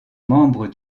membre